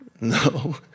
No